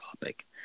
topic